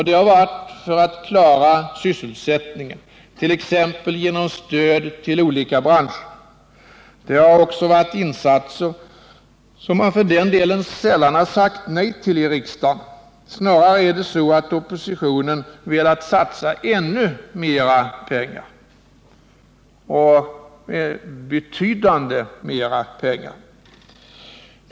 Det har skett för att klara sysselsättningen, t.ex. genom stöd till olika branscher. Det har gällt insatser som man för den delen sällan sagt nej till i riksdagen, snarare är det så att oppositionen velat satsa ännu mer pengar — betydligt mer pengar.